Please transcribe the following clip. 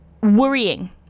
worrying